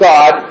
God